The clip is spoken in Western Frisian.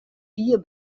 fier